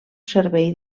servei